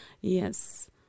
yes